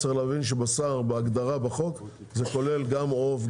צריך להבין שבשר בהגדרה בחוק זה כולל גם עוף,